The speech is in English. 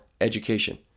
Education